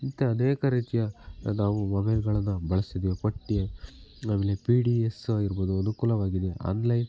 ಇಂಥ ಅನೇಕ ರೀತಿಯ ನಾವು ಮೊಬೈಲ್ಗಳನ್ನು ಬಳಸಿದೇವೆ ಪಟ್ಟೀ ಆಮೇಲೆ ಪಿ ಡಿ ಎಸ್ ಆಗಿರ್ಬೋದು ಅನುಕೂಲವಾಗಿದೆ ಆನ್ಲೈನ್